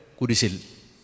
Kurisil